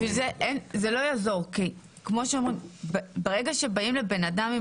זה לא יעזור כי ברגע שבאים לבן אדם עם